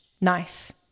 Nice